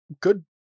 good